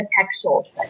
textual